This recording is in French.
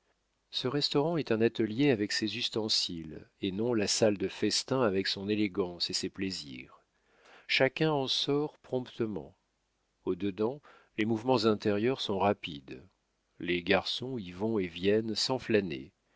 ce restaurant est un atelier avec ses ustensiles et non la salle de festin avec son élégance et ses plaisirs chacun en sort promptement au dedans les mouvements intérieurs sont rapides les garçons y vont et viennent sans